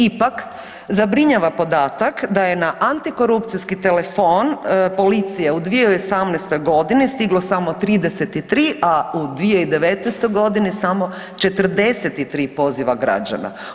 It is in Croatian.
Ipak zabrinjava podatak da je na antikorupcijski telefon policije u 2018. godini stiglo samo 33, a u 2019. godini samo 43 poziva građana.